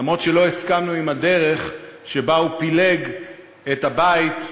למרות שלא הסכמנו עם הדרך שבה הוא פילג את הבית,